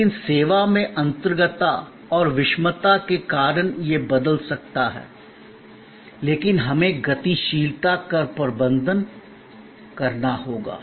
लेकिन सेवा में अंतरंगता और विषमता के कारण यह बदल सकता है लेकिन हमें गतिशीलता का प्रबंधन करना होगा